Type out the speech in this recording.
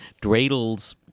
dreidels